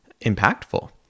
impactful